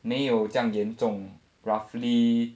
没有这样严重 roughly